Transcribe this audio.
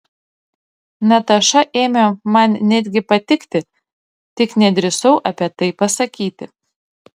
nataša ėmė man netgi patikti tik nedrįsau apie tai pasakyti